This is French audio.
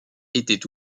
était